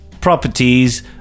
properties